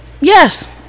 Yes